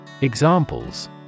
Examples